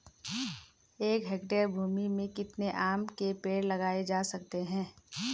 एक हेक्टेयर भूमि में कितने आम के पेड़ लगाए जा सकते हैं?